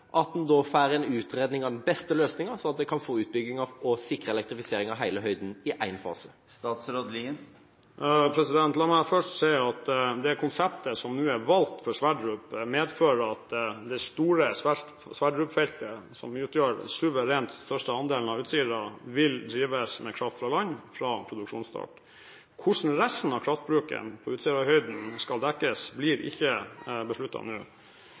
at en får en utredning av den beste løsninga, slik at en kan få en utbygging og sikre elektrifisering av hele Utsirahøyden i én fase? La meg først si at det konseptet som nå er valgt for Sverdrup, medfører at det store Sverdrup-feltet, som utgjør suverent den største andelen av Utsirahøyden, vil drives med kraft fra land fra produksjonsstart. Hvordan resten av kraftbruken på Utsirahøyden skal dekkes, blir ikke besluttet nå.